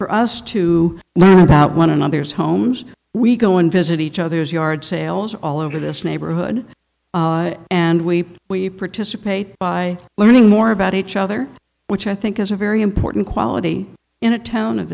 for us to learn about one another's homes we go and visit each other's yard sales all over this neighborhood and we we participate by learning more about each other which i think is a very important quality in a town of